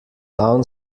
town